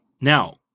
Now